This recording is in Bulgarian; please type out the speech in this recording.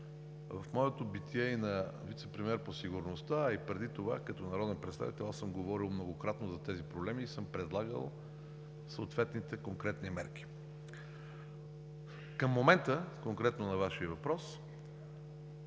В моето битие на вицепремиер по сигурността, а и преди това като народен представител, аз съм говорил многократно за тези проблеми и съм предлагал съответните конкретни мерки. Към момента, конкретно на Вашия въпрос,